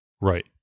Right